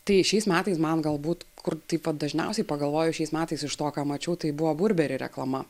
tai šiais metais man galbūt kur taip vat dažniausiai pagalvoju šiais metais iš to ką mačiau tai buvo burberi reklama